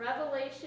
Revelation